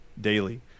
daily